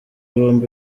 bombi